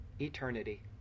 eternity